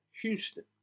Houston